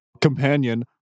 companion